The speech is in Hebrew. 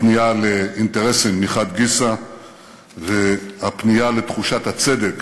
הפנייה לאינטרסים מחד גיסא והפנייה לתחושת הצדק